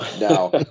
Now